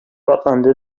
атланды